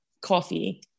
coffee